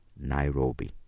Nairobi